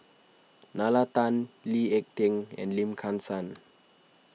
Nalla Tan Lee Ek Tieng and Lim Kim San